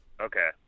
Okay